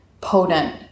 potent